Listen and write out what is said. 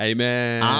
Amen